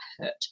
hurt